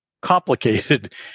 complicated